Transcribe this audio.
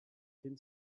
thin